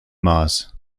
maß